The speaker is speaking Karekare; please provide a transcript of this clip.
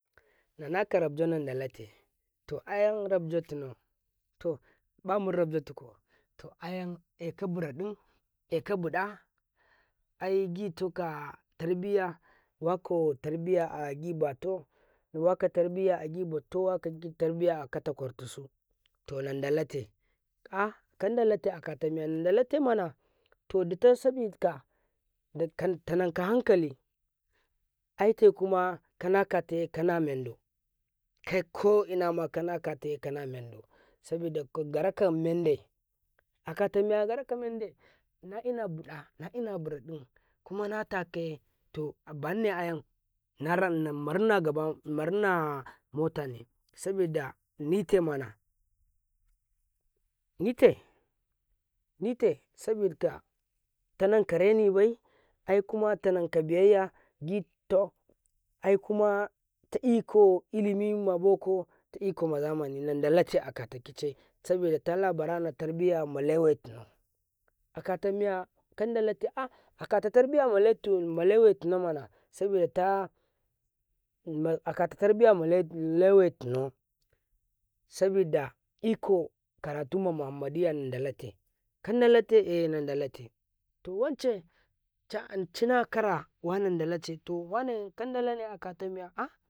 ﻿nakarafjo to landanate ayam rafjotine to bamu rafjatuko to ayam aka buraɗin akabuɗi aye gitika tarbiya woko tarbiya agi bato waka tarbiya agi bato waka tarbiya akaƙartibo to landa late ahhkandalake akatalandalake mana to dut osamika tannan ka hankali aite kamma kanata kana mendu kai ko inama kanata kana mandu sabida kagaruka mende akatamiya garakamende naina buda naina buraɗan kuma natakaye to banne ayam narn murma gabawaɗi murna motane saboda nitemana nite nite sabida tanankarenibay ai kuma tanan kabayayya ginto ay kuma ta iko ilamima boko tako mazamani landanace akatakici sabida tala barana tarbiya malewoy akatamiya kandelacceakata tarbiya maleway tunumana sabida sabida iko karato mohammadiya lannate kannadanate ay landanate to wance cancinainikara walandanace kandanale akatamiya.